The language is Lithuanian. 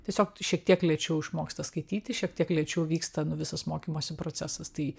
tiesiog šiek tiek lėčiau išmoksta skaityti šiek tiek lėčiau vyksta nu visas mokymosi procesas tai